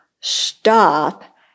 stop